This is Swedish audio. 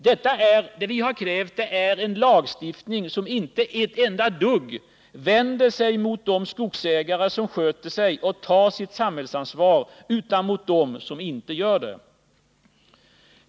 Det vi har krävt är en lagstiftning som inte ett enda dugg vänder sig mot de skogsägare som sköter sig och tar sitt samhällsansvar, utan mot dem som inte gör detta.